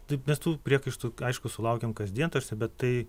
taip mes tų priekaištų aišku sulaukiam kasdien tarsi bet tai